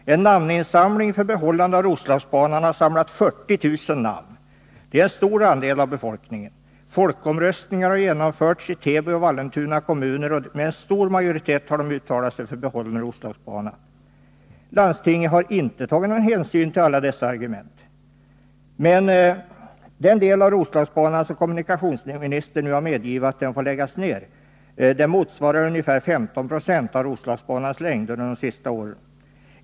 En namninsamling för behållande av Roslagsbanan har samlat ca 40 000 namn. Det är en stor andel av berörd befolkning. Folkomröstningar har genomförts i Täby och Vallentuna kommuner, där man med stor majoritet har uttalat sig för en bibehållen Roslagsbana. Landstinget har inte tagit någon hänsyn till några av dessa argument. Den del av Roslagsbanan som kommunikationsministern nu har medgivit nedläggning av motsvarar ungefär 15 20 av Roslagsbanans längd under de senaste åren.